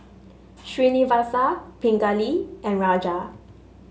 Srinivasa Pingali and Raja